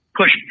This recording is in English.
push